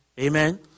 Amen